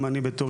בבקשה, אבי.